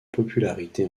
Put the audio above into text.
popularité